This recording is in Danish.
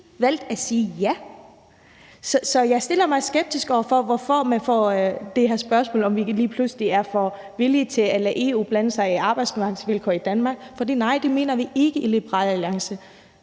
parti at sige ja. Så jeg stiller mig skeptisk over for, hvorfor jeg får det her spørgsmål om, om vi ikke lige pludselig er for villige til at lade EU blande sig i arbejdsmarkedsvilkår i Danmark. For nej, det mener vi ikke i Liberal Alliance.